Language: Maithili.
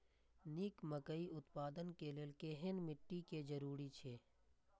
निक मकई उत्पादन के लेल केहेन मिट्टी के जरूरी छे?